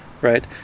right